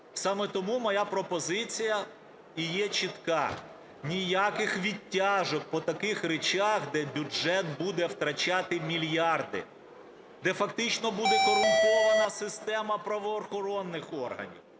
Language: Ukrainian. Саме тому моя пропозиція і є чітка: ніяких відтяжок по таких речах, де бюджет буде втрачати мільярди, де фактично буде корумпована система правоохоронних органів,